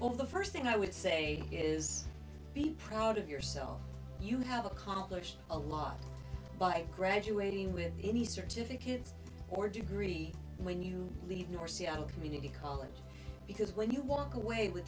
r the first thing i would say is be proud of yourself you have accomplished a lot by graduating with any certificates or degree when you leave your seattle community college because when you walk away with